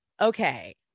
Okay